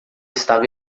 estava